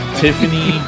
tiffany